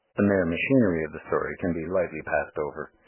the mere machinery of the story can be lightly passed over.